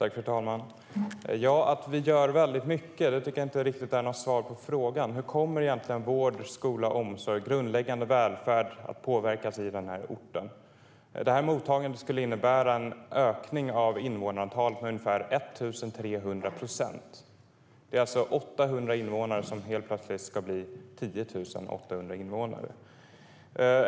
Fru talman! Att vi gör väldigt mycket är inte riktigt något svar på frågan. Hur kommer egentligen vård, skola, omsorg och grundläggande välfärd att påverkas i den här orten? Mottagandet skulle innebära en ökning av invånarantalet med ungefär 1 300 procent. Det är alltså 800 invånare som helt plötsligt ska bli 10 800.